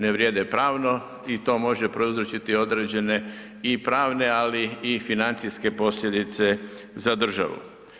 Ne vrijeme pravno i to može prouzročiti određene i pravne, ali i financijske posljedice za državu.